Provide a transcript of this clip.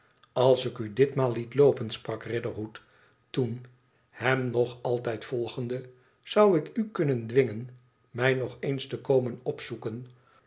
als ik u ditmaal liet loopen sprak riderhood toen hem nog altijd volgende t zou ik u kunnen dwingen mij nog eens te komen opzoeken